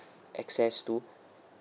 access to